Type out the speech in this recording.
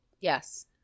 Yes